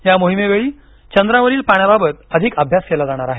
या मोहिमेवेळी चंद्रावरील पाण्याबाबत अधिक अभ्यास केला जाणार आहे